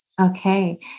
Okay